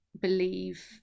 believe